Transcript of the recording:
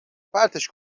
پرتش